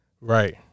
Right